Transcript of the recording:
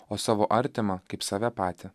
o savo artimą kaip save patį